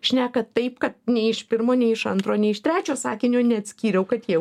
šneka taip kad nei iš pirmo nei iš antro nei iš trečio sakinio neatskyriau kad jie